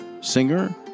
singer